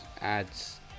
ads